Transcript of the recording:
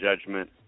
judgment